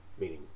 meaning